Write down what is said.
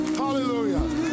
Hallelujah